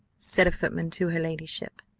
said a footman to her ladyship.